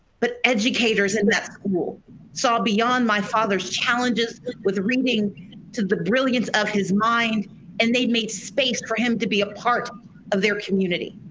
but educators in that school saw beyond my father's challenges with reading to the brilliance of his mind and they'd made space for him to be a part of their community.